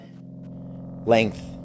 length